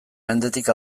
mendetik